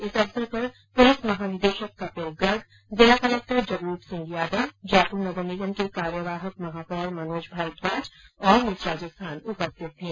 इस अवसर पर पुलिस महानिदेशक कपिल गर्ग जिला कलक्टर जगरूप सिंह यादव जयपुर नगर निगम के कार्यवाहक महापौर मनोज भारद्वाज और मिस राजस्थान उपस्थित थी